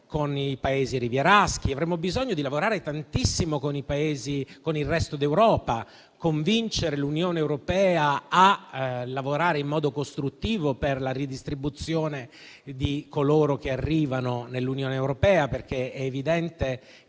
con i Paesi rivieraschi; avremmo bisogno di lavorare tantissimo con i Paesi del resto d'Europa, di convincere l'Unione a lavorare in modo costruttivo per la ridistribuzione di coloro che arrivano nell'Unione europea, perché è evidente